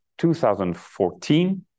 2014